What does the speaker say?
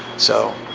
so,